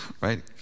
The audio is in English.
right